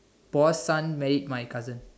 boss son married my cousin